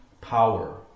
power